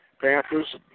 Panthers